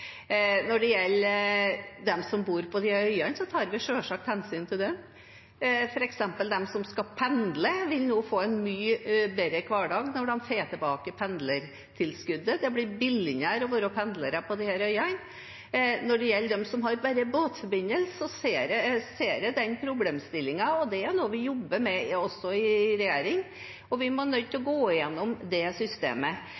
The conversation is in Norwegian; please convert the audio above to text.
Når det gjelder dem som bor på øyene, tar vi selvsagt hensyn til dem. De som f.eks. skal pendle, vil nå få en mye bedre hverdag når de får tilbake pendlertilskuddet. Det blir billigere å være pendler på disse øyene. Når det gjelder dem som bare har båtforbindelse, ser jeg den problemstillingen, og det er noe vi også jobber med i regjering. Vi er nødt til